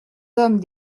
hommes